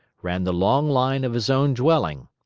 ran the long line of his own dwelling,